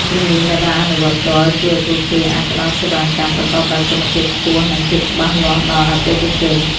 ជំនាញដែលបានអនុវត្តផ្ទាល់ជួយឱ្យពួកគេអាចផ្តល់សេវាកម្មប្រកបដោយគុណភាពខ្ពស់ និងភាពច្បាស់លាស់ដល់អតិថិជន។